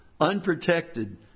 unprotected